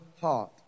heart